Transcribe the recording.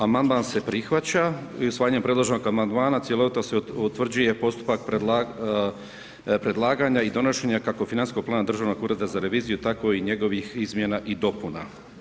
Amandman se prihvaća i usvajanje predloženog amandmana cjelovito se utvrđuje postupak predlaganja i donošenja, kako financijskog plana Državnog ureda za reviziju, tako i njegovih izmjena i dopuna.